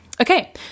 Okay